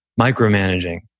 micromanaging